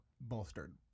bolstered